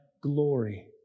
glory